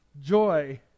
Joy